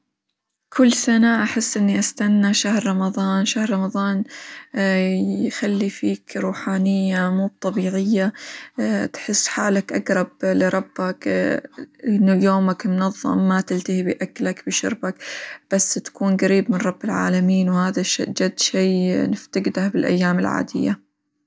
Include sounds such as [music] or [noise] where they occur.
كل سنة أحس إني أستنى شهر رمظان، شهر رمظان [hesitation] يخلي فيك روحانية مو بطبيعية، [hesitation] تحس حالك أقرب لربك، [hesitation] إنه يومك منظم ما تلتهي بأكلك، بشربك، بس تكون قريب من رب العالمين وهذا -شي- جد شي نفتقده بالأيام العادية.